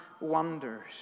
wonders